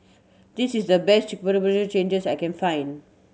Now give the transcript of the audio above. this is the best changes I can find